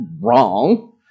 wrong